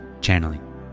channeling